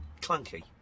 clunky